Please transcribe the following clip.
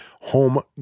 home